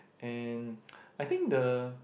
and I think the